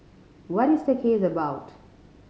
what is the case about